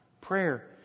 Prayer